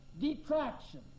Detraction